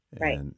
Right